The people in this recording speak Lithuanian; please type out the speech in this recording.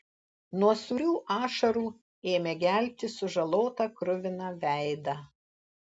nuo sūrių ašarų ėmė gelti sužalotą kruviną veidą